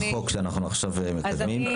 יש הצעת חוק שאנחנו עכשיו מקדמים,